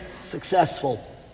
Successful